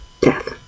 death